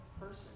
person